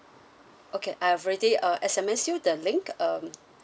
okay I've already uh S_M_S you the link um